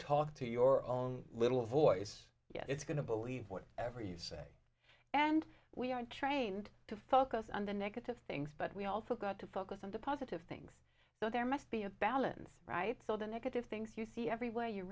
talk to your own little voice yeah it's going to believe what ever you say and we are trained to focus on the negative things but we also got to focus on the positive things so there must be a balance right so the negative things you see everywhere you